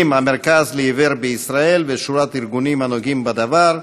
"המרכז לעיוור בישראל" ושורת ארגונים הנוגעים בדבר.